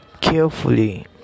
carefully